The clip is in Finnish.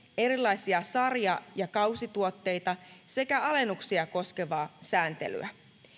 erilaisia sarja ja kausituotteita sekä alennuksia koskevaa sääntelyä